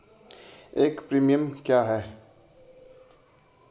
एक प्रीमियम क्या है?